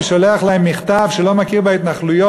שולח להם מכתב שהוא לא מכיר בהתנחלויות,